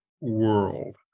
world